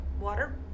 water